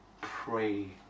pray